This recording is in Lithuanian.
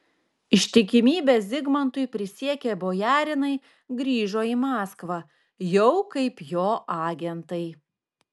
ištikimybę zigmantui prisiekę bojarinai grįžo į maskvą jau kaip jo agentai